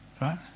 Right